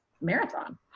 marathon